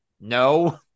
no